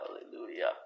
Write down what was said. Hallelujah